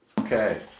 Okay